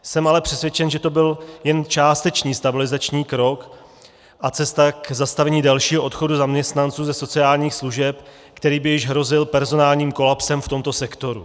Jsem ale přesvědčen, že to byl jen částečný stabilizační krok a cesta k zastavení dalšího odchodu zaměstnanců ze sociálních služeb, který by již hrozil personálním kolapsem v tomto sektoru.